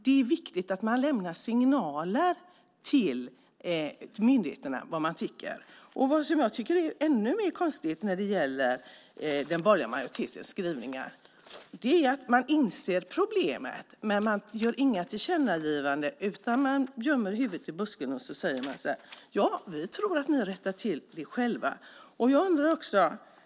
Det är viktigt att lämna signaler till myndigheterna om vad man tycker. Vad som är ännu mer konstigt i den borgerliga majoritetens skrivningar är att det finns en insikt om problemet men att man inte gör några tillkännagivanden utan man gömmer huvudet i busken. Man säger att man tror att de rättar till det själva.